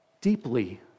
deeply